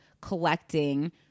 collecting